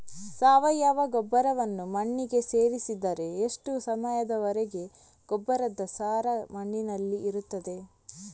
ಸಾವಯವ ಗೊಬ್ಬರವನ್ನು ಮಣ್ಣಿಗೆ ಸೇರಿಸಿದರೆ ಎಷ್ಟು ಸಮಯದ ವರೆಗೆ ಗೊಬ್ಬರದ ಸಾರ ಮಣ್ಣಿನಲ್ಲಿ ಇರುತ್ತದೆ?